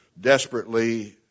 desperately